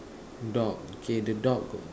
dog okay the dog